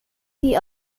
die